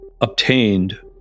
obtained